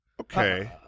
Okay